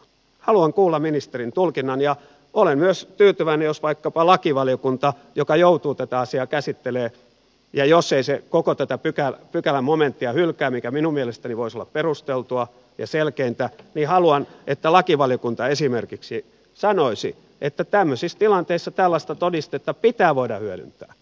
haluan kuulla ministerin tulkinnan ja haluan että vaikkapa lakivaliokunta joka joutuu tätä asiaa käsittelemään jos ei se koko tätä pykälän momenttia hylkää mikä minun mielestäni voisi olla perusteltua ja selkeintä esimerkiksi sanoisi että tämmöisissä tilanteissa tällaista todistetta pitää voida hyödyntää